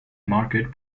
market